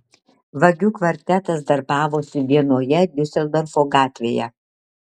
vagių kvartetas darbavosi vienoje diuseldorfo gatvėje